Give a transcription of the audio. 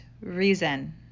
reason